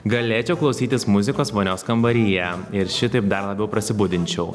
galėčiau klausytis muzikos vonios kambaryje ir šitaip dar labiau prasibudinčiau